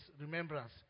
remembrance